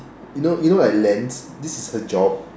you know you know like lance this is a job